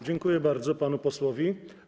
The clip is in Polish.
Dziękuję bardzo panu posłowi.